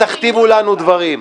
-- אל תכתיבו לנו דברים.